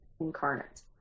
incarnate